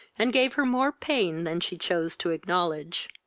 and gave her more pain than she chose to acknowledge.